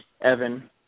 Evan